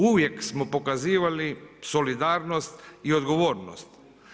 Uvijek smo pokazivali solidarnost i odgovornost.